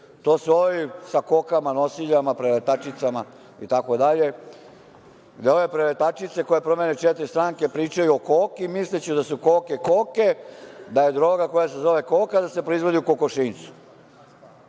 To su ovi sa kokama nosiljama, preletačicama itd. Gde ove preletačice, koje promene četiri stranke, pričaju o koki, misleći da su koke koke, da je droga koja se zove koka, da se proizvodi u kokošinjcu.